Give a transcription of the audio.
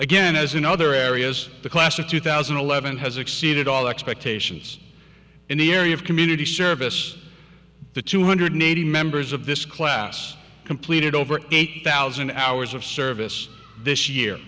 again as in other areas the class of two thousand and eleven has exceeded all expectations in the area of community service the two hundred eighty members of this class completed over eight thousand hours of service this year